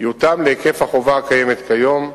יותאם להיקף החובה הקיימת כיום.